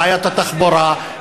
בעיית התחבורה,